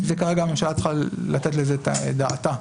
כרגע הממשלה צריכה לתת לזה את דעתה.